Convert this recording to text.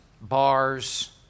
bars